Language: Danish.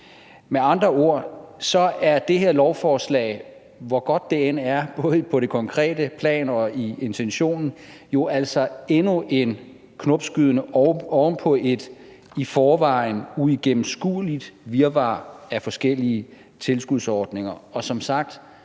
Med andre ord er det her lovforslag, hvor godt det end er på både det konkrete plan og i intentionen, jo altså endnu en knopskydning oven på et i forvejen uigennemskueligt virvar af forskellige tilskudsordninger,